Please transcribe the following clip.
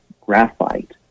graphite